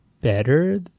better